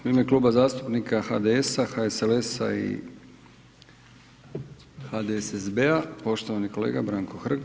U ime Kluba zastupnika HDS-a, HSLS-a i HDSSB-a poštovani kolega Branko Hrg.